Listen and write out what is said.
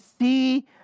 see